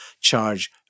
charge